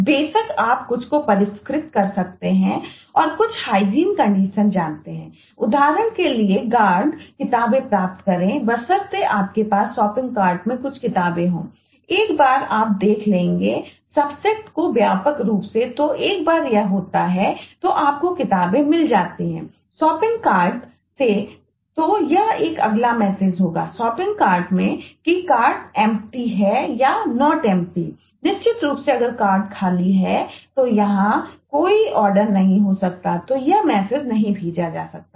बेशक आप कुछ को परिष्कृत कर सकते हैं और कुछ हाइजीन कंडीशन नहीं हो सकता है तो यह मैसेज नहीं भेजा जा सकता है